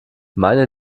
meine